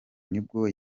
nibwo